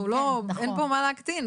אנחנו לא, אין פה מה להקטין.